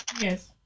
Yes